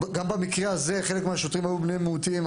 גם במקרה הזה חלק מהשוטרים היו בני מיעוטים.